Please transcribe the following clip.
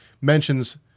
mentions